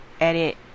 edit